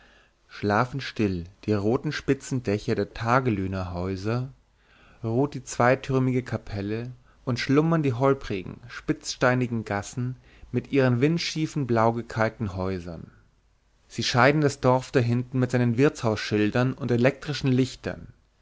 schlafen still die roten spitzen dächer der tagelöhnerhäuser ruht die zweitürmige kapelle und schlummern die holprigen spitzsteinigen gassen mit ihren windschiefen blaugekalkten häusern sie scheiden das dorf da hinten mit seinen wirtshausschildern und elektrischen lichtern